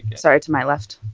sorry to my left,